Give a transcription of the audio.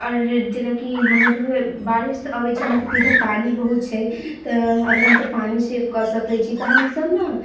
आओर जेनाकि हमरा सबके बारिश तऽ अबै छै हमरा सबके इधर पानि बहुत छै तऽ अगर हमसब पानि सेव कऽ सकै छी तऽ हमसब ने